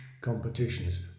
competitions